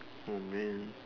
oh man